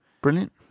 Brilliant